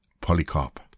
Polycarp